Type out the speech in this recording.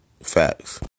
Facts